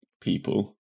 people